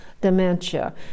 dementia